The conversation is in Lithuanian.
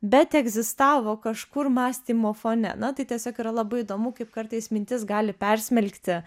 bet egzistavo kažkur mąstymo fone na tai tiesiog yra labai įdomu kaip kartais mintis gali persmelkti